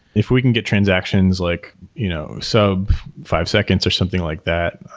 if we can get transactions, like you know so five seconds or something like that,